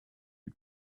you